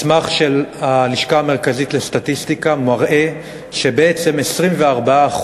מסמך של הלשכה המרכזית לסטטיסטיקה מראה שבעצם 24%